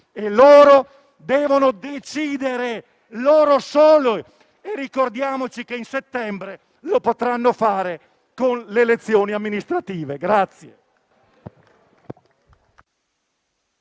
e loro devono decidere, soltanto loro. Ricordiamoci che a settembre lo potranno fare con le elezioni amministrative.